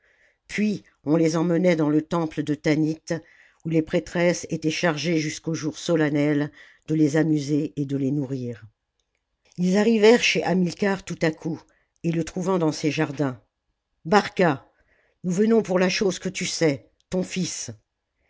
puis on les emmenait dans le temple detanit où les prêtresses étaient chargées jusqu'au jour solennel de les amuser et de les nourrir ils arrivèrent chez hamilcar tout à coup et le trouvant dans ses jardins barca nous venons pour la chose que tu sais ton fils